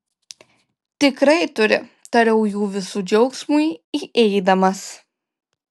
tikrai turi tariau jų visų džiaugsmui įeidamas